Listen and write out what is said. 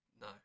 No